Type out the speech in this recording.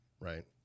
right